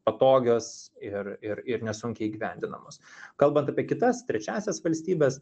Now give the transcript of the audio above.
patogios ir ir ir nesunkiai įgyvendinamos kalbant apie kitas trečiąsias valstybes